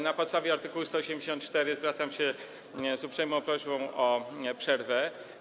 Na podstawie art. 184 zwracam się z uprzejmą prośbą o przerwę.